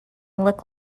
look